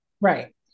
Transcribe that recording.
Right